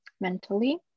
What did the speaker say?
mentally